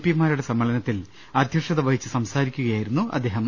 പിമാരുടെ സമ്മേളനത്തിൽ അധ്യക്ഷത വഹിച്ചു സംസാരിക്കുകയായിരുന്നു അദ്ദേ ഹം